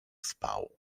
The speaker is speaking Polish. spał